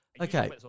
Okay